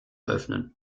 öffnen